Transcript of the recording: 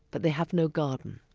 but they have no garden.